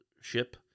ship